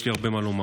יש לי הרבה מה לומר.